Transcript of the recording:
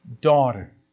daughter